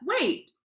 Wait